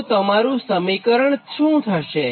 તો તમારું સમીકરણ શું થશે